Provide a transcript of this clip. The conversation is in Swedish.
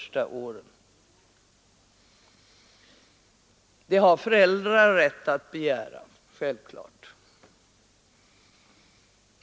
Det har självklart föräldrar rätt att begära.